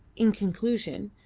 in conclusion,